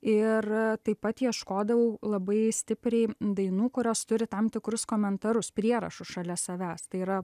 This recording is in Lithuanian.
ir taip pat ieškodavau labai stipriai dainų kurios turi tam tikrus komentarus prierašus šalia savęs tai yra